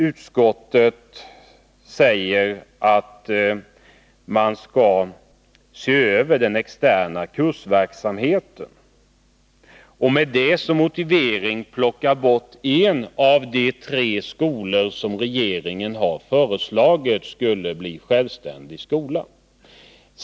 Utskottet säger att man skall se över den externa kursverksamheten och vill med detta som motivering plocka bort en av de tre skolor som regeringen har föreslagit som självständiga skolor.